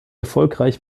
erfolgreich